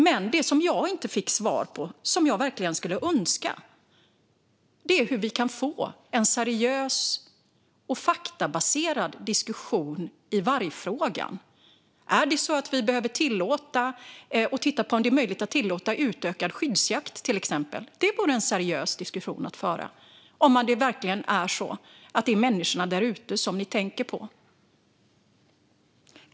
Men det som jag inte fick svar på, som jag verkligen skulle önska, är hur vi kan få en seriös och faktabaserad diskussion i vargfrågan. Är det så att vi behöver titta på om det är möjligt att tillåta utökad skyddsjakt, till exempel? Det vore en seriös diskussion att föra, om det verkligen är så att det är människorna där ute som ni tänker på.